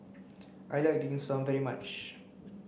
I like dim sum very much